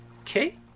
okay